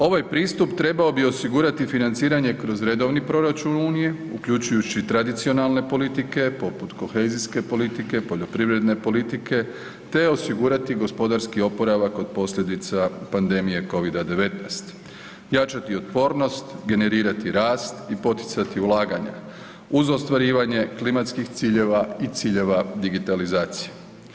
Ovaj pristup trebao bi osigurati financiranje kroz redovni proračun Unije, uključujući tradicionalne politike poput kohezijske politike, poljoprivredne politike te osigurati gospodarski oporavak od posljedica pandemije covid-19, jačati otpornost, generirati rast i poticati ulaganje, uz ostvarivanje klimatskih ciljeva i ciljeva digitalizacije.